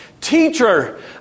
Teacher